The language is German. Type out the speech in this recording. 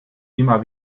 immer